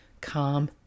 calm